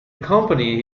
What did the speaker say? company